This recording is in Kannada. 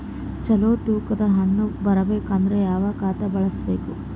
ಚಲೋ ತೂಕ ದ ಹಣ್ಣನ್ನು ಬರಬೇಕು ಅಂದರ ಯಾವ ಖಾತಾ ಬಳಸಬೇಕು?